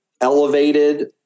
elevated